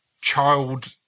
child